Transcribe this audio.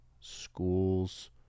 schools